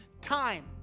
time